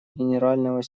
генерального